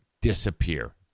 disappear